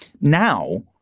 Now